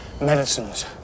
medicines